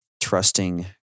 trusting